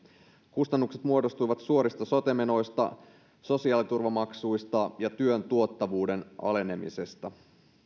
kustannukset muodostuivat suorista sote menoista sosiaaliturvamaksuista ja työn tuottavuuden alenemisesta